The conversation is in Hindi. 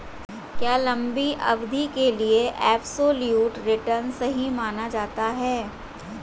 क्या लंबी अवधि के लिए एबसोल्यूट रिटर्न सही माना जाता है?